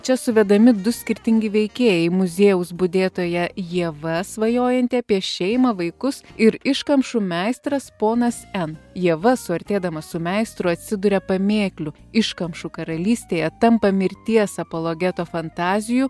čia suvedami du skirtingi veikėjai muziejaus budėtoja ieva svajojanti apie šeimą vaikus ir iškamšų meistras ponas n ieva suartėdamas su meistru atsiduria pamėklių iškamšų karalystėje tampa mirties apologeto fantazijų